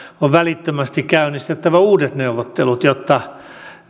on välittömästi käynnistettävä uudet neuvottelut jotta